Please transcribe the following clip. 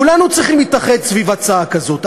כולנו צריכים להתאחד סביב הצעה כזאת.